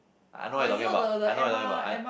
I know I'm talking about I know I'm talking about I